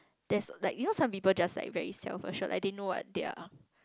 there's like you know some people just like very self assured like they know what they're